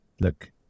look